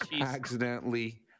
accidentally